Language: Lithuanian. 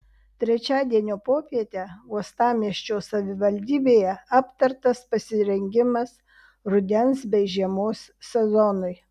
trečiadienio popietę uostamiesčio savivaldybėje aptartas pasirengimas rudens bei žiemos sezonui